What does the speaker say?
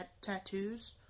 tattoos